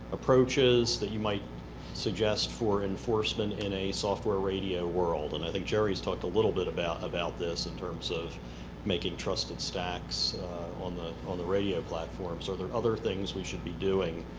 approaches that you might suggest for enforcement in a software radio world? and i think jerry has talked a little about about this in terms of making trusted stacks on the on the radio platform, so are there other things we should be doing,